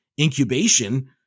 incubation